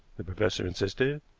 the professor insisted.